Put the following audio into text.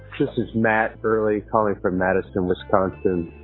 this is matt earley calling from madison, wisconsin.